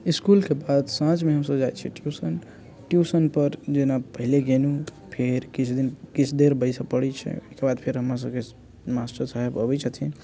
इसकुलके बाद साँझमे हमसब जाइ छियै ट्यूशन ट्यूशनपर जेना पहिले गेलहुँ फेर किछु दिन किछु देर बैसै पड़ै छै ओकर बाद फेर हमरा सबके मास्टर साहब अबै छथिन